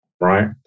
Right